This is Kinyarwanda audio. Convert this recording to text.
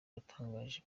yatangaje